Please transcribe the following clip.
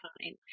Time